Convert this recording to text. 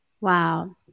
Wow